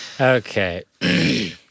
Okay